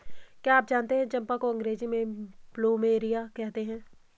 क्या आप जानते है चम्पा को अंग्रेजी में प्लूमेरिया कहते हैं?